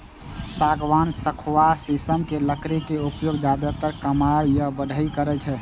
सागवान, सखुआ, शीशम के लकड़ी के उपयोग जादेतर कमार या बढ़इ करै छै